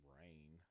rain